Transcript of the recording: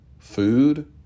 food